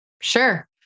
Sure